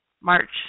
March